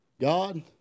God